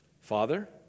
Father